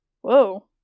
Whoa